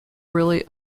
really